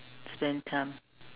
spend time